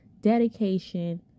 dedication